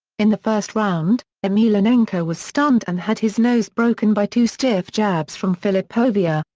in the first round, emelianenko was stunned and had his nose broken by two stiff jabs from filipovic. ah